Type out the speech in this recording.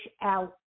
out